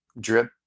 drip